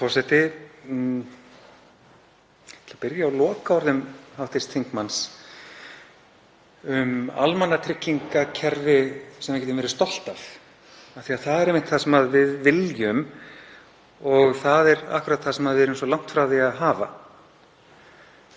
Ég byrja á lokaorðum hv. þingmanns um almannatryggingakerfi sem við getum verið stolt af því að það er einmitt það sem við viljum og það er akkúrat það sem við erum svo langt frá því að hafa.